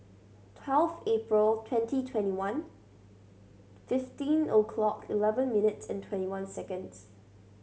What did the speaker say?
twelve April twenty twenty one fifteen o'clock eleven minute and twenty one seconds